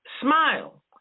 Smile